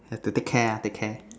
have to take care ah take care